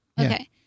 Okay